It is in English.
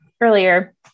earlier